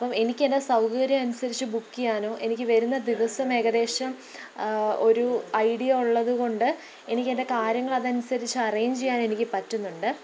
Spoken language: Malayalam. എനിക്കെന്റെ സൗകര്യമനുസരിച്ച് ബുക്ക് ചെയ്യാനോ എനിക്ക് വരുന്ന ദിവസം ഏകദേശം ഒരു ഐഡിയ ഉള്ളതുകൊണ്ട് എനിക്കെന്റെ കാര്യങ്ങളതനുസരിച്ച് അറേഞ്ച് ചെയ്യാൻ എനിക്ക് പറ്റുന്നുണ്ട്